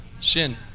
shin